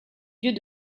yeux